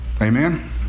Amen